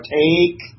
take